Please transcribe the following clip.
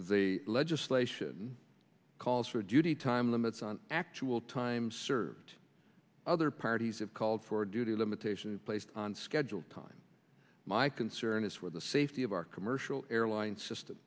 the legislation calls for duty time limits on actual time served other parties have called for duty limitation placed on schedule time my concern is for the safety of our commercial airline system